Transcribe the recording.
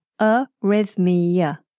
Arrhythmia